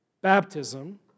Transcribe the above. baptism